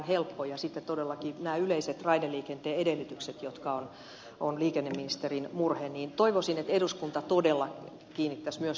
sitten ovat todellakin nämä yleiset raideliikenteen edellytykset jotka ovat liikenneministerin murhe ja toivoisin että eduskunta todella kiinnittäisi myös näihin edellytyksiin huomiota